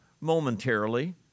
momentarily